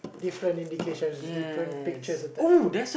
different indicators different pictures attached to it